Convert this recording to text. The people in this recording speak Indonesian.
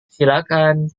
silakan